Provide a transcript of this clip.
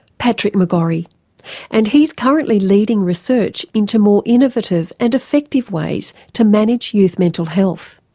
patrick mcgorry and he's currently leading research into more innovative and effective ways to manage youth mental health.